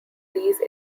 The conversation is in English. these